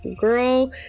girl